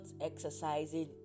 exercising